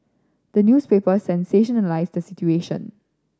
the newspapers sensationalise the situation